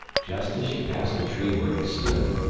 just as she passed the tree where he stood,